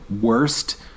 worst